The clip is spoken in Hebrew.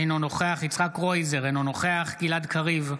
אינו נוכח יצחק קרויזר, אינו נוכח גלעד קריב,